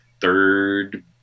third